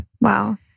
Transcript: Wow